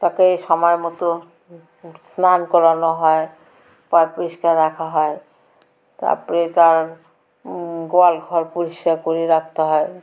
তাকে সময় মতো স্নান করানো হয় পরিষ্কার রাখা হয় তারপরে তার গোয়াল ঘর পরিষ্কার করে রাখা হয়